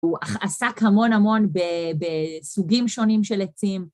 הוא עסק המון המון בסוגים שונים של עצים.